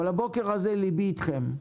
אבל הבוקר הזה ליבי אתכם,